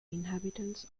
inhabitants